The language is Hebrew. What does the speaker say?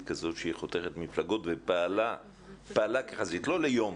כזאת שהיא חותכת מפלגות ופעלה כחזית לא ליום,